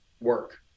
work